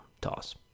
toss